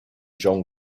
john